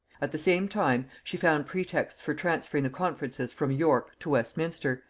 at the same time she found pretexts for transferring the conferences from york to westminster,